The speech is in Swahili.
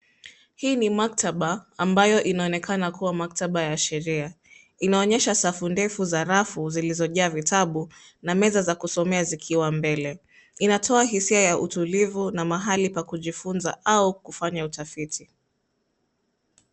Hii ni maktaba ambayo inaonekana kuwa maktaba ya sheria. Inaonyesha safu ndefu za rafu zilizojaa vitabu na meza za kusomea zikiwa mbele. Inatoa hisia ya utulivu na mahali pa kujifunza au kufanya utafiti.